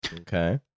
Okay